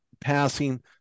passing